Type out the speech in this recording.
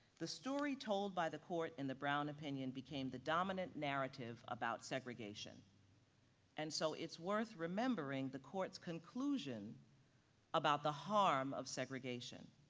the story told by the court in the brown opinion became the dominant narrative about segregation and so it's worth remembering the court's conclusion about the harm of segregation.